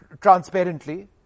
transparently